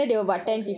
okay